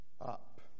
up